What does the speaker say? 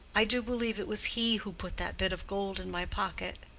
i do believe it was he who put that bit of gold in my pocket.